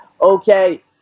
Okay